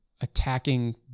attacking